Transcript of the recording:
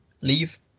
leave